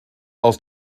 aus